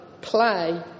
play